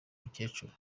mukecuru